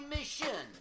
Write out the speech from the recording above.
Mission